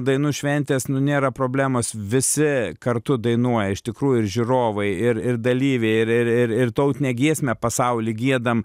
dainų šventės nėra problemos visi kartu dainuoja iš tikrųjų ir žiūrovai ir ir dalyviai ir ir ir ir tautinę giesmę pasauly giedam